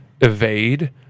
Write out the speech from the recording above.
evade